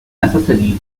necessary